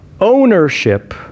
Ownership